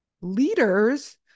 leaders